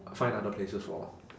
find other places for